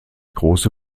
große